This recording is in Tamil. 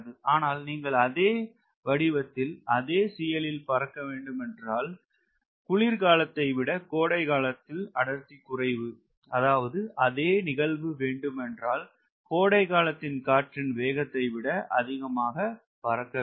ஆனால் நீங்கள் அதே வடிவத்தில் அதே ல் பறக்க வேண்டும் என்றால் ஏன் என்றால் குளிர் காலத்தை விட கோடை காலத்தில் அடர்த்தி குறைவு அதாவது அதே நிகழ்வு வேண்டும் என்றால் கோடைகாலத்தில் காற்றின் வேகத்தை விட அதிகமாக பறக்க வேண்டும்